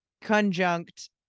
conjunct